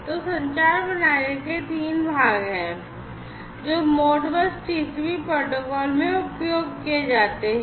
तो संचार प्रणाली के तीन भाग हैं जो Modbus TCP प्रोटोकॉल में उपयोग किए जाते हैं